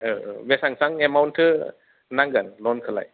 औ औ बेसां एमाउन्टथो नांगोन लनखोलाय